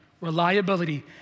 reliability